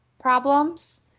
problems